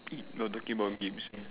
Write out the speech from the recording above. eat while talking about games